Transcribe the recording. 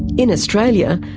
in australia,